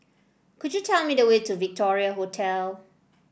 could you tell me the way to Victoria Hotel